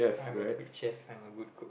I'm a good chef I'm a good cook